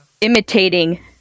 imitating